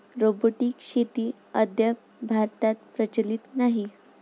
robotic शेती अद्याप भारतात प्रचलित नाही